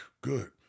good